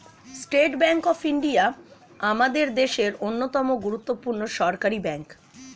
state Bank of India আমাদের দেশের অন্যতম গুরুত্বপূর্ণ সরকারি ব্যাঙ্ক